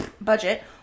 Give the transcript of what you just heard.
budget